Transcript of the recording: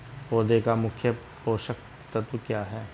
पौधे का मुख्य पोषक तत्व क्या हैं?